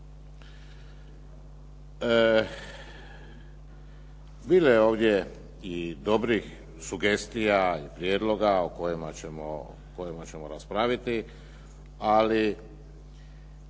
Bilo je ovdje i dobrih sugestija i prijedloga o kojima ćemo raspraviti ali